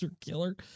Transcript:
killer